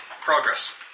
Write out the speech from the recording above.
progress